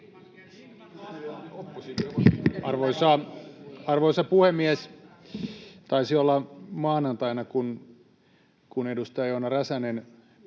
Arvoisa puhemies! Taisi olla maanantaina, kun edustaja Joona Räsänen